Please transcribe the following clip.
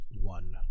one